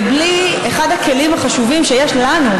ובלי אחד הכלים החשובים שיש לנו,